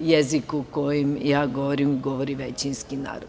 jeziku kojim ja govorim i govori većinski narod.